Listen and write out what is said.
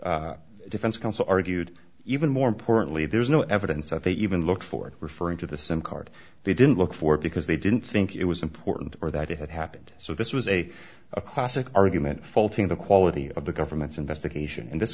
four defense counsel argued even more importantly there was no evidence that they even look for referring to the sim card they didn't look for it because they didn't think it was important or that it had happened so this was a a classic argument faulting the quality of the government's investigation and this